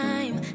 Time